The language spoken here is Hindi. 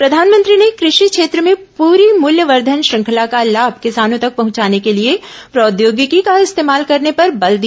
प्रधानमंत्री ने कृषि क्षेत्र में पूरी मूल्यवर्धन श्रृंखला का लाभ किसानों तक पहुंचाने के लिए प्रौद्योगिकी का इस्तेमाल करने पर बल दिया